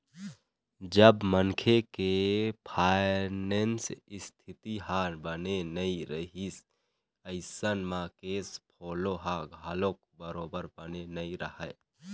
जब मनखे के फायनेंस इस्थिति ह बने नइ रइही अइसन म केस फोलो ह घलोक बरोबर बने नइ रहय